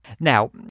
Now